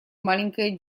маленькая